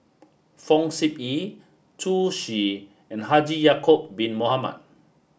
Fong Sip Chee Zhu Xu and Haji Ya'acob bin Mohamed